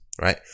right